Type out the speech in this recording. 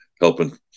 helping